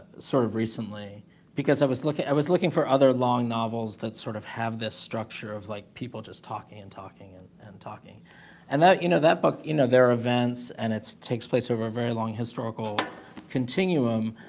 sort of recently because i was looking i was looking for other long novels that sort of have this structure of like people just talking and talking and and talking and that you know that book, you know there are events and it takes place over very long historical continuum.